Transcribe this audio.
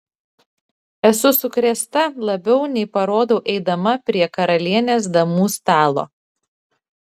esu sukrėsta labiau nei parodau eidama prie karalienės damų stalo